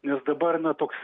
nes dabar na toks